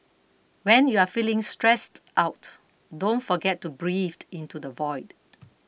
when you are feeling stressed out don't forget to breathed into the void